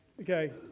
Okay